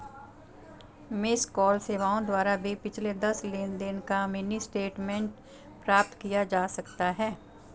miss call सेवाओं द्वारा भी पिछले दस लेनदेन का मिनी स्टेटमेंट प्राप्त किया जा सकता है